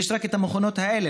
יש רק את המכונות האלה.